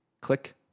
click